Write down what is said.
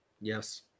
Yes